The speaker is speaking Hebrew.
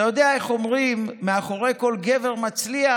אתה יודע איך אומרים: מאחורי כל גבר מצליח